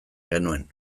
genuen